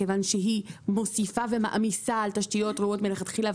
כיוון שהיא מוסיפה ומעמיסה על תשתיות רעועות מלכתחילה,